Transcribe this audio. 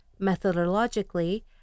methodologically